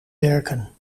werken